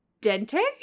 Dente